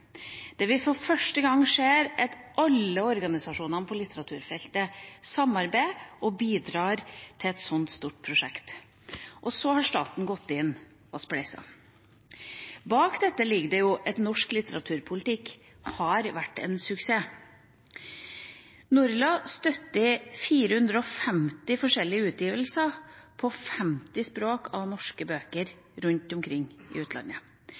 vi for første gang ser at alle organisasjonene på litteraturfeltet samarbeider og bidrar til et så stort prosjekt. Og så har staten gått inn og spleiset. Bak dette ligger det at norsk litteraturpolitikk har vært en suksess. NORLA støtter 450 forskjellige utgivelser på 50 språk av norske bøker rundt omkring i utlandet,